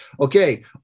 okay